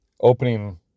opening